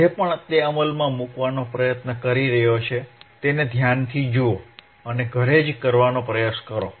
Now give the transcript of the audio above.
જે પણ તે અમલમાં મૂકવાનો પ્રયત્ન કરી રહ્યો છે તેને ધ્યાનથી જુઓ અને ઘરે જ કરવાનો પ્રયાસ કરો